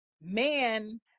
man